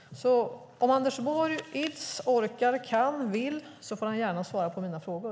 Om Anders Borg ids, orkar, kan och vill får han gärna svara på mina frågor.